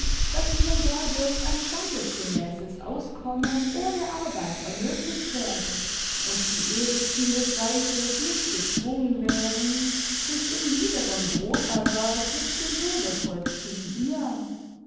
daß ihnen dadurch ein standesgemäßes auskommen ohne arbeit ermöglicht werde imd die edelsten des reiches nicht gezwungen wären sich in niederem broterwerb mit dem bürgervolk zu lüeren